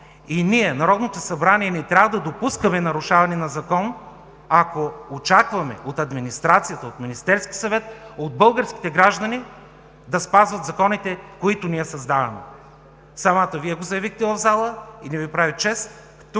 Ние, Народното събрание, не трябва да допускаме нарушаване на закон, ако очакваме от администрацията, от Министерския съвет, от българските граждани да спазват законите, които ние създаваме. Самата Вие го заявихте в залата. Не Ви прави чест